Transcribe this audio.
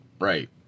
Right